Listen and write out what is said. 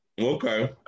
Okay